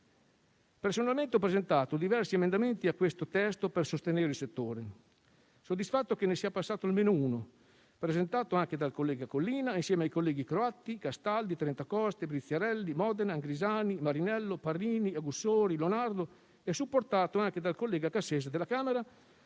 Personalmente ho presentato diversi emendamenti a questo testo per sostenere il settore; sono soddisfatto che ne sia passato almeno uno, presentato anche dal collega Collina, insieme ai colleghi Croatti, Castaldi, Trentacoste, Briziarelli, Modena, Angrisani, Marinello, Parrini, Augussori, Lonardo, e supportato anche dal collega Cassese della Camera,